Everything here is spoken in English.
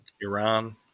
Iran